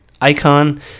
icon